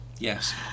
Yes